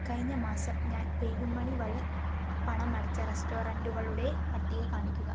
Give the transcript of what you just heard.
കഴിഞ്ഞ മാസം ഞാൻ പേയുമണി വഴി പണം അടച്ച റെസ്റ്റോറൻറ്റുകളുടെ പട്ടിക കാണിക്കുക